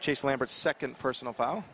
chase lambert second personal f